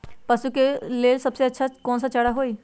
पशु के लेल सबसे अच्छा कौन सा चारा होई?